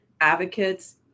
advocates